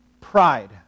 pride